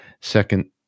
second